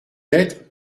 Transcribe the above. lettres